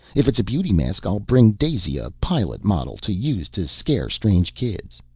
if it's a beauty mask, i'll bring daisy a pilot model to use to scare strange kids.